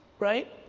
right?